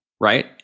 right